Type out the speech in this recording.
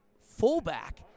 fullback